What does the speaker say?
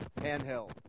Handheld